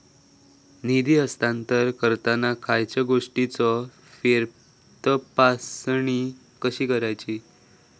निधी हस्तांतरण करताना खयच्या गोष्टींची फेरतपासणी करायची?